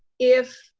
if